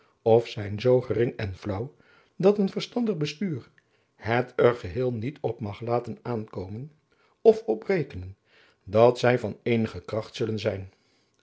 of zijn zoo gering en flaauw dat een verstandig bestuur het er geheel niet op mag laten aankomen of op rekenen dat zij van eehige kracht zullen zijn